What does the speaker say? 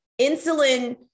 insulin